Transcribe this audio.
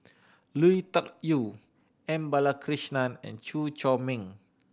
Lui Tuck Yew M Balakrishnan and Chew Chor Meng